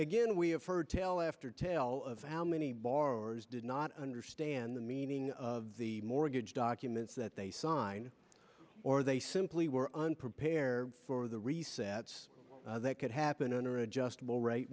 again we have heard tell after tale of how many bars did not understand the meaning of the mortgage documents that they sign or they simply were unprepared for the resets that could happen under adjustable ra